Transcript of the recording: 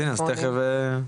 אז הנה, אז תיכף נשמע.